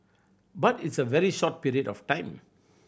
but it's a very short period of time